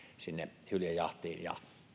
sinne hyljejahtiin ja